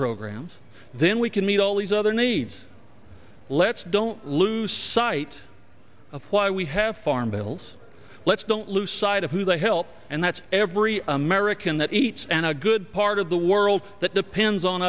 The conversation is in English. programs then we can meet all these other needs let's don't lose sight of why we have farm bills let's don't lose sight of who they help and that's every american that eats and a good part of the world that depends on